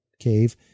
cave